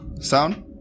sound